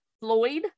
Floyd